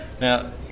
Now